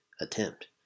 attempt